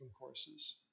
courses